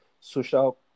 social